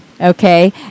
okay